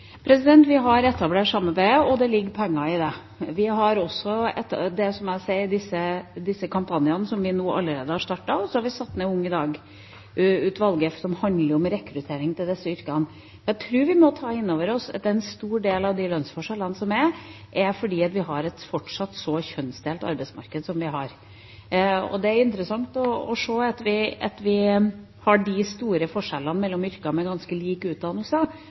aktuelt? Vi har etablert samarbeidet, og det ligger penger i det. Vi har også, som jeg sier, disse kampanjene som vi allerede har startet, og så har vi satt ned UngIDag-utvalget, som handler om rekruttering til disse yrkene. Jeg tror vi må ta inn over oss at en stor del av de lønnsforskjellene som er, skyldes at vi fortsatt har et så kjønnsdelt arbeidsmarked som vi har, og det er interessant å se at vi har de store forskjellene mellom yrker med ganske lik